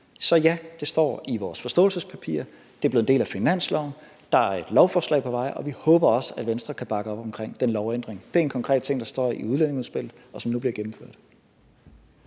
så ja: Det står i vores forståelsespapir, det er blevet en del af finansloven, der er et lovforslag på vej, og vi håber også, at Venstre kan bakke op om den lovændring. Det er en konkret ting, der står i udlændingeudspillet, og som nu bliver gennemført.